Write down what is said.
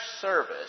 service